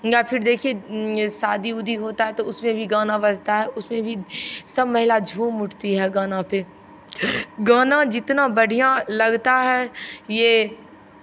या फिर देखिए शादी उदी होता है तो उसमें भी गाना बजता है उसमें भी सब महिला झूम उठती है गाना पे गाना जितना बढ़ियाँ लगता है ये